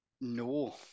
No